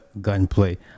Gunplay